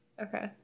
Okay